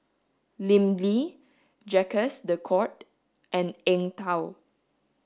Lim Lee Jacques de Coutre and Eng Tow